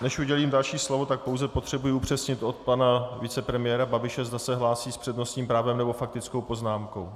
Než udělím další slovo, pouze potřebuji upřesnit od pana vicepremiéra Babiše, zda se hlásí s přednostním právem, nebo faktickou poznámkou.